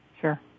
sure